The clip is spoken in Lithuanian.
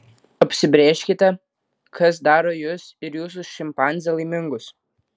apsibrėžkite kas daro jus ir jūsų šimpanzę laimingus